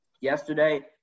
Yesterday